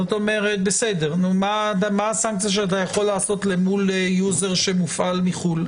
מה הסנקציה שאתה יכול לעשות אל מול יוזר שמופעל מחו"ל?